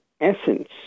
essence